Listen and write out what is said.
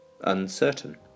uncertain